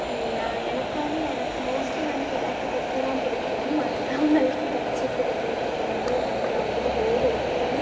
நான் எனக்கு வந்து எனக்கு மோஸ்ட்லி வந்து எனக்கு தைக்க தான் பிடிக்கும் மற்றவங்களுக்கு தச்சு கொடுக்குறதுக்கு வந்து எனக்கு அவ்ளோவாக போர் அடிக்கும்